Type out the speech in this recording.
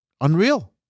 Unreal